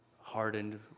hardened